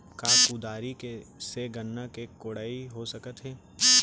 का कुदारी से गन्ना के कोड़ाई हो सकत हे?